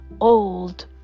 old